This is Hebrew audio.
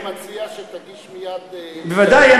אני מציע שתגיש מייד, בוודאי.